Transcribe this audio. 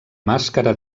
màscara